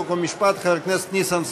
חוק ומשפט חבר הכנסת ניסן סלומינסקי.